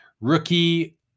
Rookie